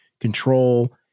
control